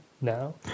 now